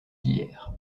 hier